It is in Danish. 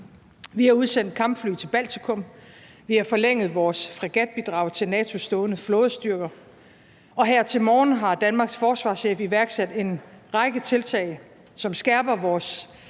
Vi har udsendt kampfly til Baltikum, vi har forlænget vores fregatbidrag til NATO's stående flådestyrker, og her til morgen har Danmarks forsvarschef iværksat en række tiltag, som skærper vores